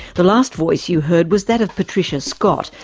the last voice you heard was that of patricia scott,